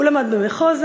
הוא למד במחוזא,